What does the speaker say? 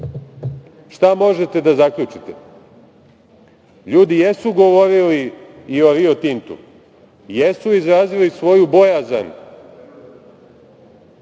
šta možete da zaključite? Ljudi jesu govorili i o "Rio Tintu", jesu izrazili svoju bojazan